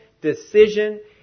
decision